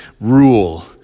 rule